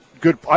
good